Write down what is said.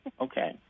Okay